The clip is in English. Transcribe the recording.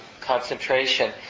concentration